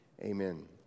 amen